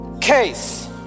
case